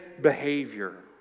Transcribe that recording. behavior